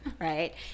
right